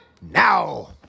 now